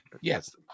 Yes